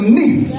need